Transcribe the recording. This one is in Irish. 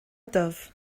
dubh